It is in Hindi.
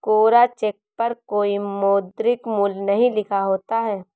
कोरा चेक पर कोई मौद्रिक मूल्य नहीं लिखा होता है